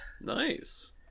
Nice